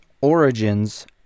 origins